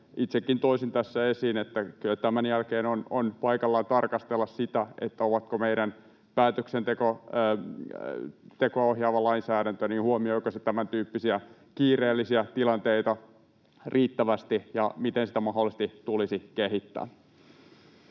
itsekin toisin tässä esiin, että kyllä tämän jälkeen on paikallaan tarkastella sitä, huomioiko meidän päätöksentekoa ohjaava lainsäädäntö tämäntyyppisiä kiireellisiä tilanteita riittävästi ja miten sitä mahdollisesti tulisi kehittää.